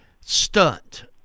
Stunt